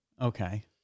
okay